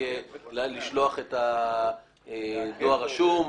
לעבור ממסלול למסלול.